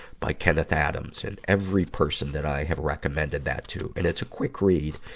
by kenneth adams. and every person that i have recommended that to and it's a quick read.